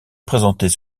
présentait